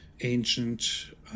ancient